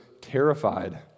terrified